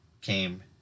came